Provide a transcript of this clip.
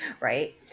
right